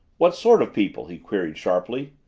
what sort of people? he queried sharply.